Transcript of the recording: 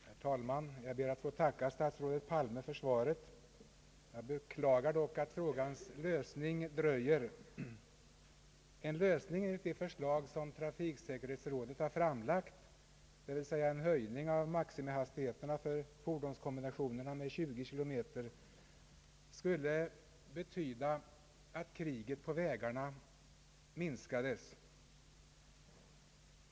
Herr talman! Jag ber att få tacka statsrådet Palme för svaret. Dock beklagar jag att frågans lösning dröjer. Trafiksäkerhetsrådets förslag om en höjning av maximihastigheten för fordonskombinationer med 20 km per timme skulle betyda att kriget på vägarna minskades.